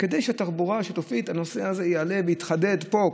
כדי שנושא התחבורה השיתופית יעלה ויתחדד פה.